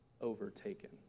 overtaken